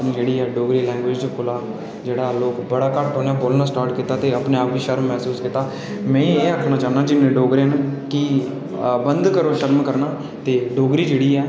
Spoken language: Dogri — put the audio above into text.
जेह्ड़ी डोगरी लैंग्वेज कोला जेह्ड़ा लोक बड़ा घट्ट कोला बोलना स्टार्ट कीता ते अपने आप च शर्म मसूस कीती ते में एह् आख्नना चाहन्नां जिन्ने डोगरे न कि बंद करो शर्म करना ते डोगरी जेह्ड़ी ऐ